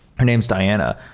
her name is diana,